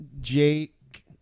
Jake